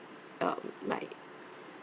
um like